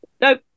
nope